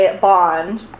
bond